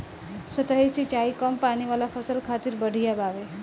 सतही सिंचाई कम पानी वाला फसल खातिर बढ़िया बावे